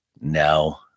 now